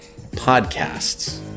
podcasts